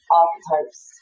archetypes